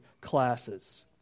classes